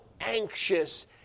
anxious